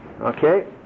Okay